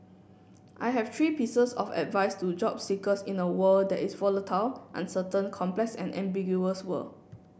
I have three pieces of advice to job seekers in a world that is volatile uncertain complex and ambiguous world